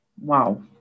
Wow